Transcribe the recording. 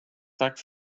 tack